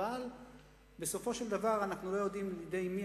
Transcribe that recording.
אבל בסופו של דבר אנחנו לא יודעים בידי מי